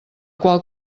qual